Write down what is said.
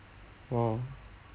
!wow!